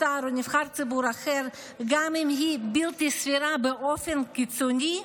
שר או נבחר ציבור אחר גם אם היא בלתי סבירה באופן קיצוני,